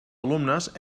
alumnes